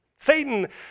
Satan